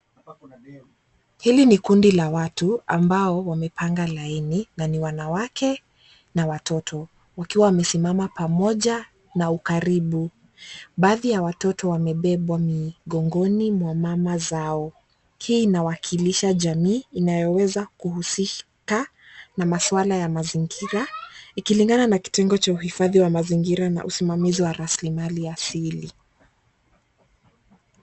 Hili ni kundi la watu ambao wamepanga laini na ni wanawake na watoto wakiwa wamesimama pamoja na ukaribu. Baadhi ya watoto wamebebwa mgongoni mwa mama zao. Hii inawakilisha jamii inayoweza kuhusika na masala ya mazingira ikilingana na kitendo cha uhifadhi wa mazingira na usimamizi wa rasilimali asili.